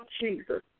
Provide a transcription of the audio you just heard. Jesus